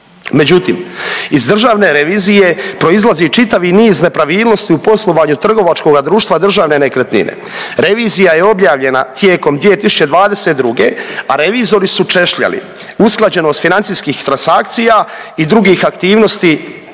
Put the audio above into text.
Međutim, iz državne revizije proizlazi čitavi niz nepravilnosti u poslovanju trgovačkoga društva Državne nekretnine. Revizija je objavljena tijekom 2022., a revizori su češljali usklađenost financijskih transakcija i drugih aktivnosti,